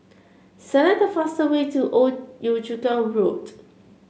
select the fastest way to Old Yio Chu Kang Road